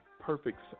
perfect